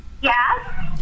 Yes